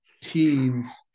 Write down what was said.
teens